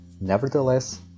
Nevertheless